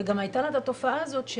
גם הייתה לה את התופעה הזאת,